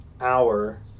hour